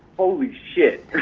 holy shit.